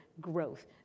growth